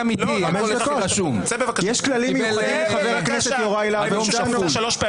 חבר הכנסת תודה, אתה בקריאה שלישית.